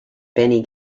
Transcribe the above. benny